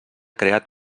creat